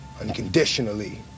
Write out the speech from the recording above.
unconditionally